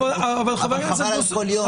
חבל על כל יום.